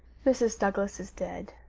mrs. douglas is dead,